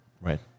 Right